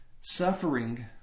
Suffering